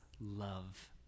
love